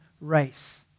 race